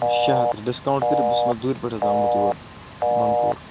شےٚ ہتھ ڈِسکاوُنٛٹ کٔرِتھ بہٕ چھُس دوٗرِ پٮ۪ٹھ آمُت یور بنڈ پوٗر